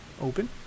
open